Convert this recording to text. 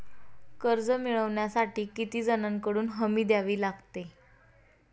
कर्ज मिळवण्यासाठी किती जणांकडून हमी द्यावी लागते?